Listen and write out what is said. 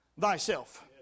thyself